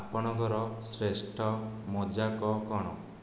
ଆପଣଙ୍କର ଶ୍ରେଷ୍ଠ ମଜାକ କ'ଣ